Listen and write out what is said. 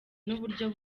n’uburyo